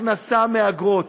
הכנסה מאגרות.